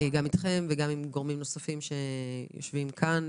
גם אתכם וגם עם גורמים נוספים שחלקם יושבים כאן,